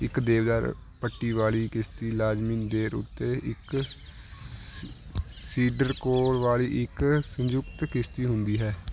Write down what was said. ਇੱਕ ਦੇਵਦਾਰ ਪੱਟੀ ਵਾਲੀ ਕਿਸ਼ਤੀ ਲਾਜ਼ਮੀ ਦੇਰ ਉੱਤੇ ਇੱਕ ਸ ਸੀਡਰ ਕੋਰ ਵਾਲੀ ਇੱਕ ਸੰਯੁਕਤ ਕਿਸ਼ਤੀ ਹੁੰਦੀ ਹੈ